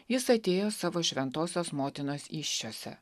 jis atėjo savo šventosios motinos įsčiose